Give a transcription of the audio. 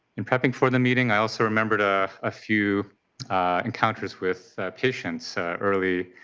in prepping for the meeting, i also remembered a ah few encounters with patients early